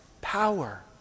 power